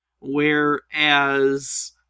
Whereas